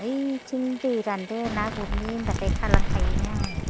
बैथिं दै रानदो ना गुरनि होनब्लाथाय खालां खायोनो आङो